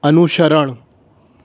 અનુસરણ